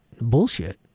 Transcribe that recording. bullshit